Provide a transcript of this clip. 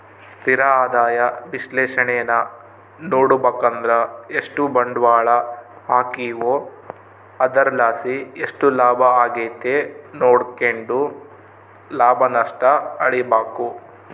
ಸ್ಥಿರ ಆದಾಯ ವಿಶ್ಲೇಷಣೇನಾ ನೋಡುಬಕಂದ್ರ ಎಷ್ಟು ಬಂಡ್ವಾಳ ಹಾಕೀವೋ ಅದರ್ಲಾಸಿ ಎಷ್ಟು ಲಾಭ ಆಗೆತೆ ನೋಡ್ಕೆಂಡು ಲಾಭ ನಷ್ಟ ಅಳಿಬಕು